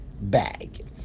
bag